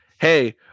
Hey